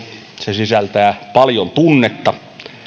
se sisältää paljon tunnetta